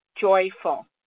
joyful